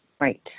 Right